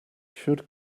should